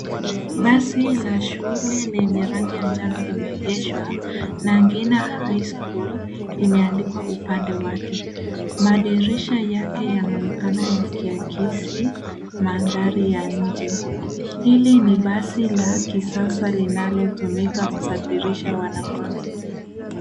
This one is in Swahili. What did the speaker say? Basi la shule lenye rangi ya njano limeegeshwa na Nangina high school imeandikwa upande wake. Madirisha yake yanaonekana yakiakisi mandhari ya nje. Hili ni basi la.kisasa linalo tumika kusafirisha wanafunzi.